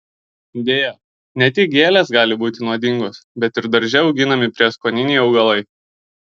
deja ne tik gėlės gali būti nuodingos bet ir darže auginami prieskoniniai augalai